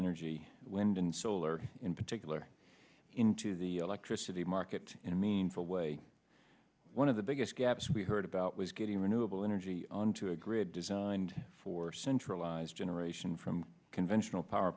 energy wind and solar in particular into the electricity market in a meaningful way one of the biggest gaps we heard about was getting renewable energy onto a grid designed for centralized generation from conventional power